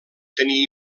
tenir